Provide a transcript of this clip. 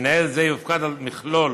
מנהל זה יופקד על תכלול